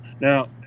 Now